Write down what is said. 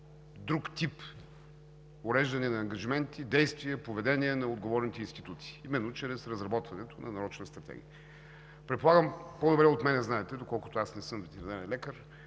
друг тип уреждане на ангажименти, действия, поведение на отговорните институции именно чрез разработването на нарочна стратегия. Предполагам, по-добре от мен знаете, доколкото аз не съм ветеринарен лекар,